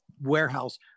warehouse